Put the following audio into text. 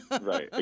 Right